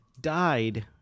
died